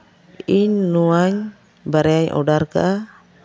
ᱤᱧ ᱱᱚᱣᱟ ᱵᱟᱨᱭᱟᱧ ᱚᱰᱟᱨ ᱟᱠᱟᱫᱼᱟ